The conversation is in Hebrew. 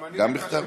גם בכתב?